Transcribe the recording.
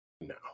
No